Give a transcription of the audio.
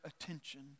attention